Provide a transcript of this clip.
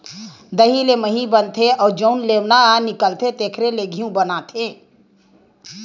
दही ले मही बनथे अउ जउन लेवना निकलथे तेखरे ले घींव बनाथे